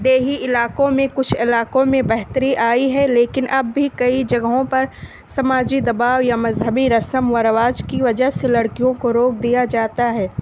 دیہی علاقوں میں کچھ علاقوں میں بہتری آئی ہے لیکن اب بھی کئی جگہوں پر سماجی دباؤ یا مذہبی رسم و رواج کی وجہ سے لڑکیوں کو روک دیا جاتا ہے